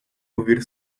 ouvir